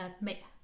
make